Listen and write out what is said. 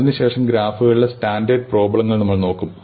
അതിനു ശേഷം ഗ്രാഫുകളിലെ സ്റ്റാൻഡേർഡ് പ്രോബ്ലങ്ങൾ നമ്മൾ നോക്കും